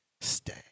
stay